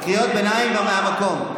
קריאות ביניים מהמקום.